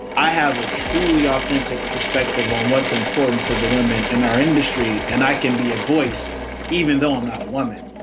i have a truly authentic perspective on what's important to the women in our industry. and i can be a voice even though i'm not a woman